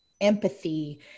empathy